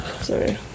sorry